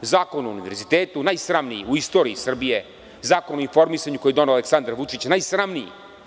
Zakon o univerzitetu, najsramniji u istoriji Srbije, Zakon o informisanju koji je doneo Aleksandar Vučić, najsramniji.